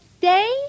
Day